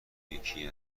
یکی